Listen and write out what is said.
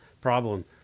problem